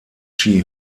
chi